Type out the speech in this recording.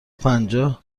پنجاه